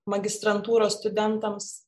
magistrantūros studentams